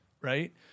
right